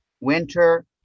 Winter